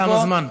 תם הזמן,